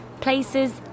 places